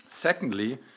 Secondly